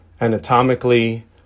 anatomically